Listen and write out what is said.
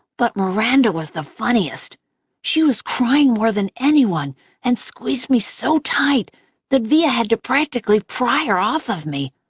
but miranda was the funniest she was crying more than anyone and squeezed me so tight that via had to practically pry her off of me,